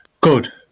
Good